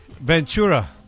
Ventura